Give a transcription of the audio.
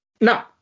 Now